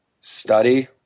Study